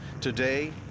Today